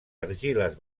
argiles